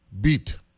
beat